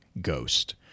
ghost